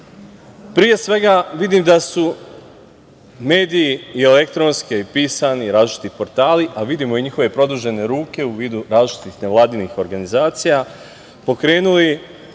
svega, vidim da su mediji, i elektronski i pisani i različiti portali, a vidimo i njihove produžene ruke u vidu različitih nevladinih organizacija, pokrenuli